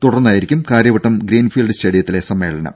തുടർന്നായിരിക്കും Karyavattom Greenfield സ്റ്റേഡിയത്തിലെ സമ്മേളനം